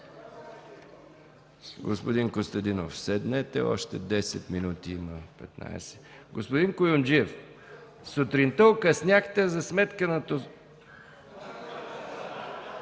Господин Костадинов, седнете, още 10-15 минути има. Господин Куюмджиев, сутринта окъсняхте, за сметка на...